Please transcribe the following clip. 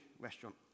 restaurant